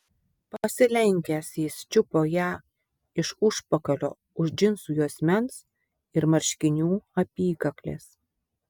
pasilenkęs jis čiupo ją iš užpakalio už džinsų juosmens ir marškinių apykaklės